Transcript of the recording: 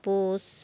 ᱯᱳᱥ